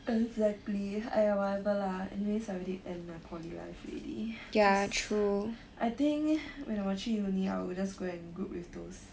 exactly !aiya! whatever lah anyways I already end my poly life already just I think when 我去 uni I would just go and group with those